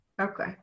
okay